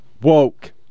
woke